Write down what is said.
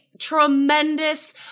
tremendous